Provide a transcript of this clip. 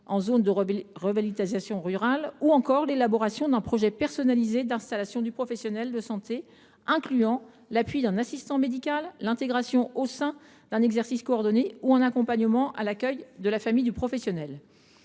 en zone de revitalisation rurale ; élaboration d’un projet personnalisé d’installation du professionnel de santé, incluant l’appui d’un assistant médical, l’intégration au sein d’un exercice coordonné ou un accompagnement à l’accueil de la famille du professionnel.